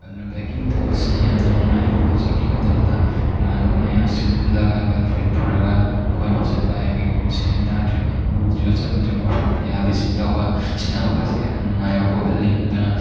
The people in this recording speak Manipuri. ꯑꯗꯨꯅ ꯕꯥꯏꯛꯀꯤꯡ ꯇꯧꯕꯁꯤ ꯌꯥꯝꯅ ꯅꯨꯡꯉꯥꯏ ꯍꯧꯖꯤꯛꯀꯤ ꯃꯇꯝꯗ ꯏꯃꯥꯟꯅꯕ ꯃꯌꯥꯝꯁꯤꯡ ꯄꯨꯜꯂꯒ ꯒꯔꯜ ꯐ꯭ꯔꯦꯟ ꯄꯨꯔꯒ ꯀꯣꯏꯕ ꯆꯠꯄ ꯑꯩꯈꯣꯏ ꯄꯨꯟꯁꯤꯅ ꯇꯥꯗ꯭ꯔꯤꯕ ꯎꯗ꯭ꯔꯤꯕ ꯆꯠꯂꯨꯗ꯭ꯔꯤꯕ ꯃꯐꯝ ꯀꯌꯥ ꯕꯤꯖꯤꯠ ꯇꯧꯕ ꯁꯤꯅ ꯑꯃꯨꯛꯀꯁꯨ ꯍꯦꯟꯅ ꯅꯨꯡꯉꯥꯏꯕ ꯄꯣꯛꯍꯜꯂꯤ ꯑꯗꯨꯅ